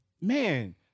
Man